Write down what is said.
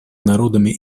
народами